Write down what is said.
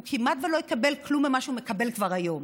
הוא כמעט שלא יקבל כלום ממה שהוא מקבל כבר היום.